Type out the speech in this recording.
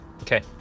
Okay